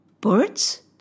birds